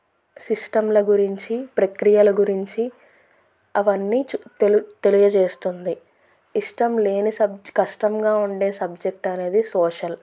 సిస్టంల గురించి ప్రక్రియల గురించి అవన్నీ చ తెల తెలియజేస్తుంది ఇష్టం లేని సబ్ కష్టంగా ఉండే సబ్జెక్ట్ అనేది సోషల్